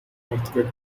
earthquake